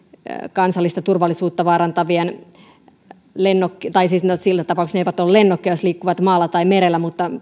kansallista turvallisuutta vaarantavia lennokkeja tai siinä tapauksessa ne eivät ole lennokkeja jos ne liikkuvat maalla tai merellä mutta